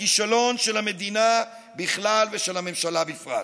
לכישלון של המדינה בכלל ושל הממשלה בפרט.